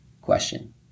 question